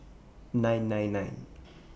nine nine nine